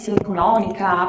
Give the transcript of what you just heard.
economica